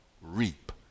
reap